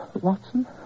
Watson